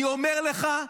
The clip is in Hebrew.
אני אומר לך,